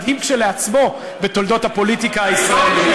מדהים כשלעצמו בתולדות הפוליטיקה הישראלית.